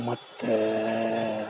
ಮತ್ತು